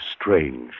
strange